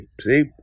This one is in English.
see